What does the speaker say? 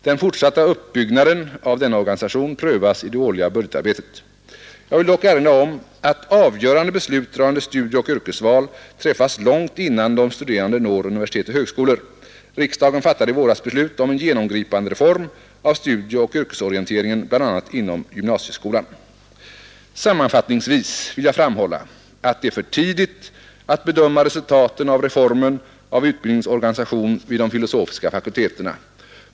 Den fortsatta uppbyggnaden av denna organisation prövas i det årliga budgetarbetet. Jag vill dock erinra om att avgörande beslut rörande studieoch yrkesval träffas långt innan de studerande når universitet och högskolor. Riksdagen fattade i våras beslut om en genomgripande reform av studieoch yrkesorienteringen bl.a. inom gymnasieskolan. Sammanfattningsvis vill jag framhålla att det är för tidigt att bedöma resultaten av reformen av utbildningens organisation vid de filosofiska fakulteterna.